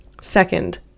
Second